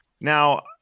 Now